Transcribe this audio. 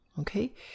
Okay